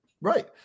Right